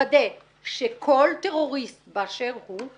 אנחנו צריכים לוודא שכל טרוריסט באשר הוא,